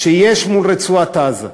לילדים מול רצועת-עזה?